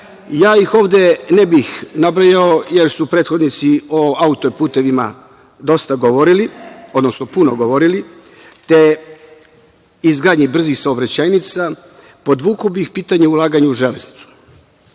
ja ih ovde ne bih nabrajao, jer su prethodnici o autoputevima dosta govorili, odnosno puno govorili i izgradnji brzih saobraćajnica, podvukao bih pitanje o ulaganju u „Železnicu“.Kao